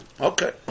Okay